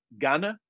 Ghana